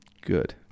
Good